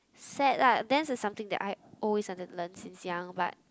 sad lah dance is something that I always wanted to learn since young but